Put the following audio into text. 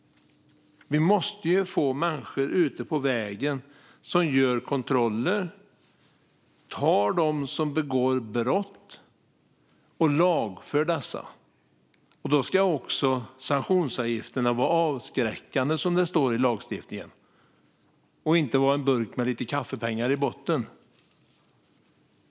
Vi måste få ut människor på vägen som gör kontroller, som tar dem som begår brott och som lagför dessa. Då ska också sanktionsavgifterna vara avskräckande, som det står i lagstiftningen. Det ska inte vara lite kaffepengar på botten i en burk.